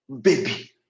baby